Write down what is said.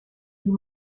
dit